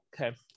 okay